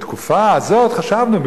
שבתקופה הזאת חשבנו,